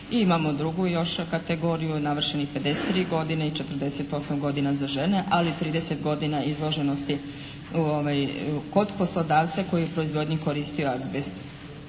I imamo drugu još kategoriju, navršenih 53 godine i 48 godina za žene ali 30 godina izloženosti u, kod poslodavca koji je u proizvodnji koristio azbest.